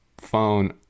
phone